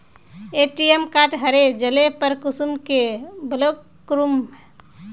ATM card हरे जाले पर कुंसम के ब्लॉक करूम?